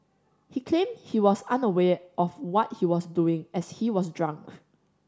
he claimed he was unaware of what he was doing as he was drunk